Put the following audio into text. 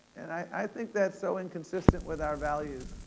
and i think that's so inconsistent with our values.